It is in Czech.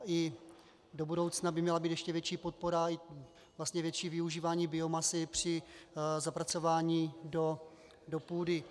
I do budoucna by měla být ještě větší podpora, větší využívání biomasy při zapracování do půdy.